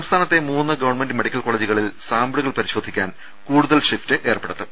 സംസ്ഥാനത്തെ മൂന്ന് government medical കോളേജുകളിൽ സാമ്പിളുകൾ പരിശോധിക്കാൻ കൂടുതൽ ഷിഫ്റ്റ് ഏർപ്പെടുത്തും